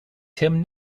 tim